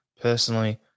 Personally